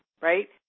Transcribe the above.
right